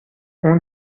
اون